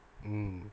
mm